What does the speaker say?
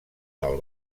del